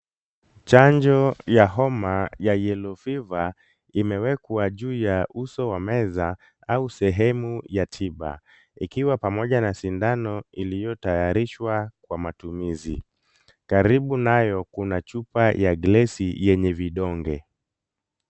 Chanjo ya homa ya yellow fever , imewekwa juu ya uso wa meza au sehemu ya tiba, ikiwa pamoja na sindano iliyotayarishwa kwa matumizi. Karibu nayo kuna chupa ya glesi yenye vidonge.